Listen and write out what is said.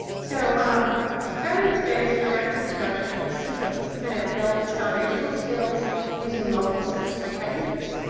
so um evidence-based direct instruction is sequenced. and it builds foundational skills using multisensory techniques.